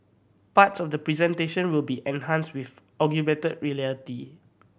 parts of the presentation will be enhanced with augmented reality